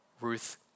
Ruth